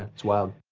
it's wild.